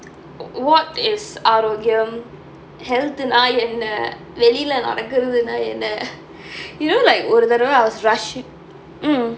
what is ஆரோக்கியம்:aarokkiyam health ன்னா என்ன வெளில நடக்குறதுனா என்ன:unna enna velilae nadakurathunaa enna you know like ஒரு தடவ:oru thadava I was rushing mmhmm